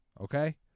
Okay